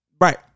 Right